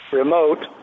remote